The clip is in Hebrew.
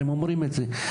הם אומרים את זה.